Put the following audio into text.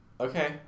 Okay